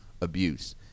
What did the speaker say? abuse